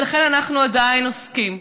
ולכן אנחנו עדיין עוסקים,